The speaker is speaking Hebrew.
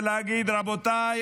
ולהגיד: רבותיי,